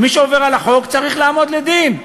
ומי שעובר על החוק צריך לעמוד לדין,